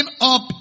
up